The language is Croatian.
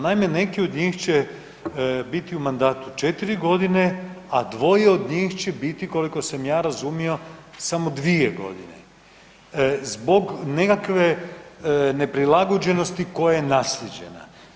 Naime, neki od njih će biti u mandatu četiri godine, a dvoje od njih će biti koliko sam ja razumio samo dvije godine zbog nekakve neprilagođenosti koja je naslijeđena.